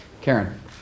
Karen